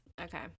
okay